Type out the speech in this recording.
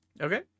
Okay